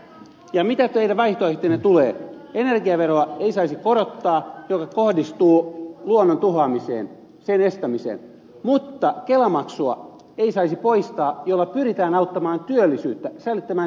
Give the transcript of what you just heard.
ja mitä teidän vaihtoehtoihinne tulee energiaveroa joka kohdistuu luonnon tuhoamisen estämiseen ei saisi korottaa mutta kelamaksua jolla pyritään auttamaan työllisyyttä säilyttämään työpaikkoja ei saisi poistaa